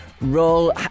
roll